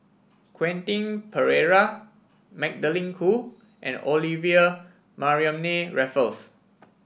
Quentin Pereira Magdalene Khoo and Olivia Mariamne Raffles